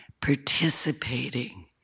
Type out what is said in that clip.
participating